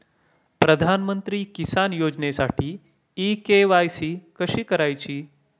प्रधानमंत्री किसान योजनेसाठी इ के.वाय.सी कशी करायची?